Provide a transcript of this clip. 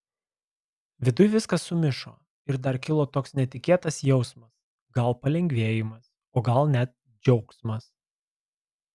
viduj viskas sumišo ir dar kilo toks netikėtas jausmas gal palengvėjimas o gal net džiaugsmas